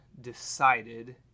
decided